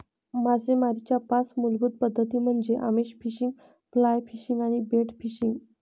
मासेमारीच्या पाच मूलभूत पद्धती म्हणजे आमिष फिशिंग, फ्लाय फिशिंग आणि बेट फिशिंग